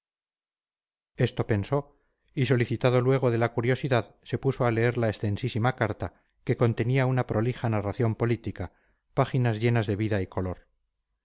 esto pensó y solicitado luego de la curiosidad se puso a leer la extensísima carta que contenía una prolija narración política páginas llenas de vida y color